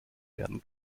werden